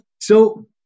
So-